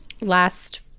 last